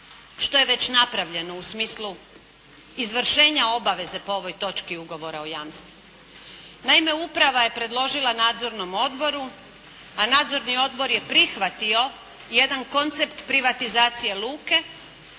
što je već napravljeno u smislu izvršenja obaveze po ovoj točki ugovora o jamstvu. Naime, uprava je predložila nadzornom odboru, a nadzorni odbor je prihvatio jedan koncept privatizacije luke